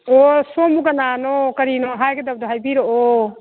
ꯑꯣ ꯁꯣꯝꯕꯨ ꯀꯅꯥꯅꯣ ꯀꯔꯤꯅꯣ ꯍꯥꯏꯒꯗꯕꯗꯨ ꯍꯥꯏꯕꯤꯔꯛꯑꯣ